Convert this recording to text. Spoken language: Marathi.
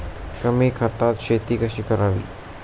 कमी खतात शेती कशी करावी?